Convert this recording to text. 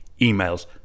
emails